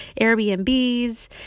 Airbnbs